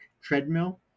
treadmill